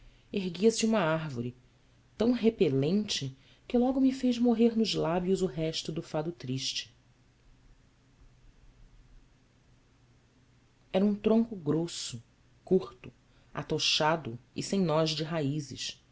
erguia-se uma árvore tão repelente que logo me fez morrer nos lábios o resto do fado triste era um tronco grosso curto atochado e sem nós de raízes